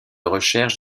recherche